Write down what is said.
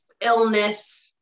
illness